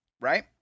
right